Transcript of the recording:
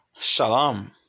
Shalom